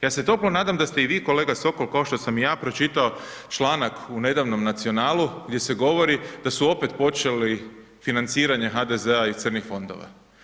Ja se toplom nadam da ste i vi kolega Sokol kao što sam i ja pročitao članak u nedavnom Nacionalu gdje se govori da su opet počeli financiranje HDZ-a iz crnih fondova.